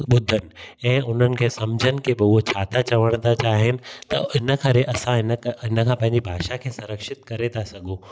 ॿुधनि ऐं उन्हनि खे सम्झनि की हू छा था चवणु था चाहिनि त इन करे असां हिन हिनखां पंहिंजी भाषा खे संरक्षित करे था सघूं